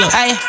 Hey